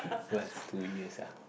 last two years ah